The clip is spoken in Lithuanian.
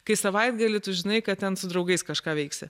kai savaitgalį tu žinai kad ten su draugais kažką veiksi